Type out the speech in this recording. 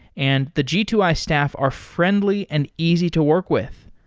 and the g two i staff are friendly and easy to work with.